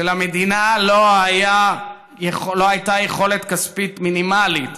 כשלמדינה לא הייתה יכולת כספית מינימלית,